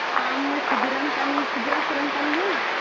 ᱟᱢ ᱠᱷᱩᱫᱤᱨᱟᱢ ᱠᱷᱩᱫᱤᱨᱟᱢ ᱥᱚᱨᱮᱱ ᱠᱟᱱ ᱜᱮᱭᱟᱢ